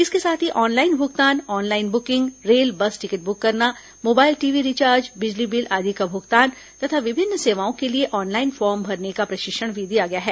इसके साथ ही ऑनलाइन भुगतान online booking rail bus ticket book करना मोबाइल टीवी रिचार्ज बिजली बिल आदि का भुगतान तथा विभिन्न सेवाओं के लिए ऑनलाइन फार्म भरने का प्रशिक्षण भी दिया गया है